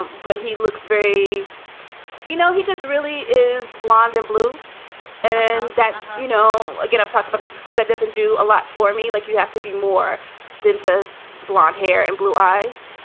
but he looks very you know, he just really is blond and blue and that, you know, again, i've talked about this before that doesn't do a lot for me. like, you have to be more than just blond hair and blue eyes.